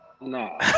nah